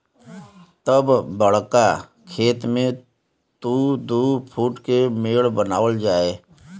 तब बड़का खेत मे दू दू फूट के मेड़ बनावल जाए